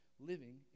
Living